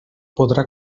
podrà